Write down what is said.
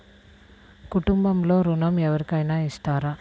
కుటుంబంలో ఋణం ఎవరికైనా ఇస్తారా?